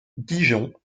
dijon